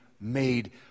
made